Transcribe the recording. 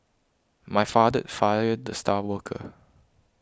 my father fired the star worker